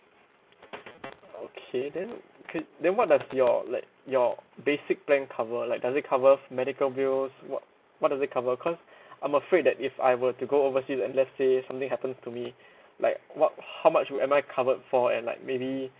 okay then okay then what does your like your basic plan cover like does it cover medical bills what what does it cover cause I'm afraid that if I were to go overseas then let's say something happens to me like what how much am I covered for and like maybe